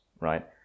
right